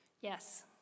Yes